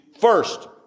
first